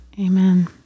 Amen